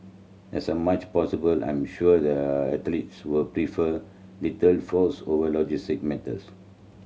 as much possible I am sure the athletes will prefer little fuss over logistical matters